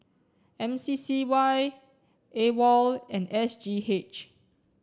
M C C Y AWOL and S G H